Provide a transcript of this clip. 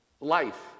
life